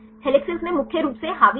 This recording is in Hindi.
हेल्स में मुख्य रूप से हावी हैं